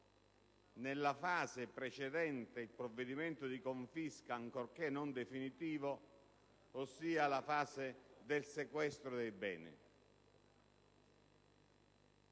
nella fase precedente il provvedimento di confisca, ancorché non definitivo, ossia la fase del sequestro dei beni.